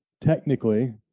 technically